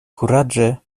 kuraĝe